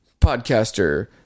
podcaster